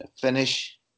finish